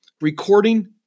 recording